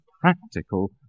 practical